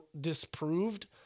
disproved